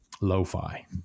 lo-fi